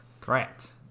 Correct